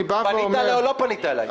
פנית אליי או לא פנית אליי?